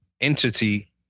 entity